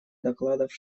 докладов